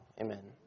Amen